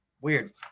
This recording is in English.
Weird